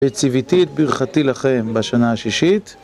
וציוותי את ברכתי לכם בשנה השישית